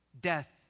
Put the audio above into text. death